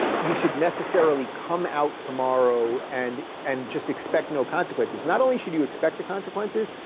you should necessarily come out tomorrow and and just expect no consequences. not only should you expect the consequences,